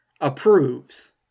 approves